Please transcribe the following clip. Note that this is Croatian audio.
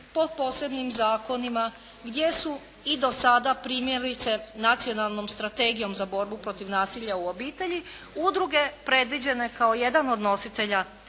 po posebnim zakonima gdje su i do sada primjerice Nacionalnom strategijom za borbu protiv nasilja u obitelji udruge predviđene kao jedan od nositelja